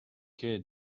quai